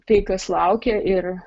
tai kas laukia ir